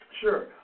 Sure